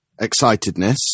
excitedness